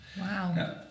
Wow